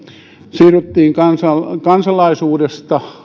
siirryttiin kansalaisuuteen